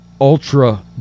ultra